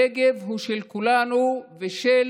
הנגב הוא של כולנו ושל